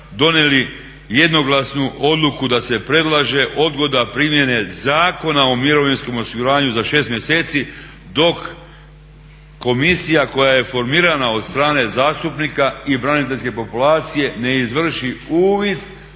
donijeli jednoglasnu odluku da se predlaže odgoda primjene Zakona o mirovinskom osiguranju za 6 mjeseci, dok komisija koja je formirana od strane zastupnika i braniteljske populacije ne izvrši uvid